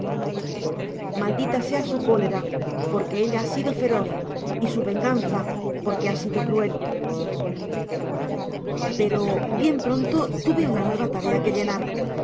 maldita sea su cólera porque ella ha sido feroz y su venganza por qué ha sido cruel content from google book search generated at pero bien pronto tuve una nueva tarea que llenar